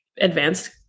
advanced